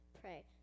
pray